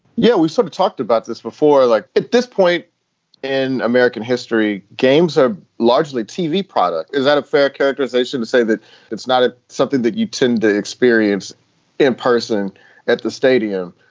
yeah we sort of talked about this before. like at this point in american history, games are largely tv product is that a fair characterization to say that it's not ah something that you tend to experience in person at the stadium?